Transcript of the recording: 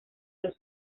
los